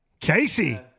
casey